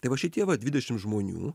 tai va šitie va dvidešim žmonių